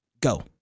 Go